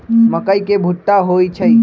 मकई के भुट्टा होई छई